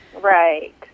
right